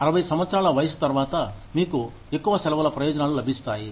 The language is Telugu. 60 సంవత్సరాల వయస్సు తరువాత మీకు ఎక్కువ సెలవుల ప్రయోజనాలు లభిస్తాయి